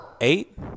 Eight